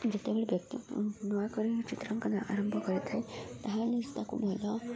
ଯେତେବେଳେ ବ୍ୟକ୍ତି ନୂଆ କରି ଚିତ୍ରଙ୍କନ ଆରମ୍ଭ କରିଥାଏ ତା'ହେଲେ ତାକୁ ଭଲ